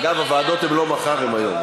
אגב, הוועדות הן לא מחר, הן היום.